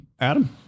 Adam